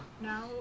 now